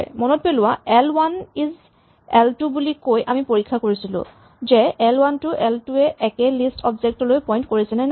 মনত পেলোৱা L one is L two বুলি কৈ আমি পৰীক্ষা কৰিছিলো যে এল ৱান আৰু এল টু ৱে একেই লিষ্ট অবজেক্ট লৈ পইন্ট কৰিছেনে নাই